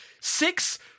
six